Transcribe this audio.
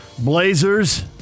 Blazers